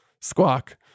Squawk